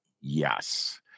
yes